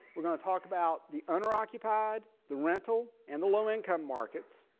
we're going to talk about the owner occupied the rental and the low income markets.